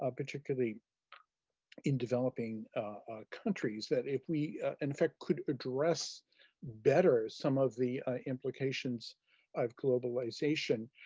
ah particularly in developing countries, that if we in fact could address better some of the implications of globalization.